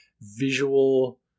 visual